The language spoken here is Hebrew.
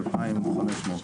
2,500,